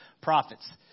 prophets